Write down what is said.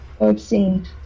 obscene